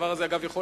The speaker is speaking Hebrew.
אגב,